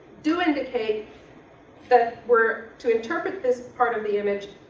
do indicate that we're to interpret this part of the image,